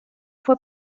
fue